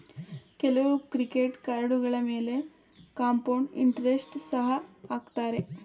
ಕೆಲವು ಕ್ರೆಡಿಟ್ ಕಾರ್ಡುಗಳ ಮೇಲೆ ಕಾಂಪೌಂಡ್ ಇಂಟರೆಸ್ಟ್ ಸಹ ಹಾಕತ್ತರೆ